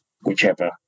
whichever